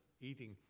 eating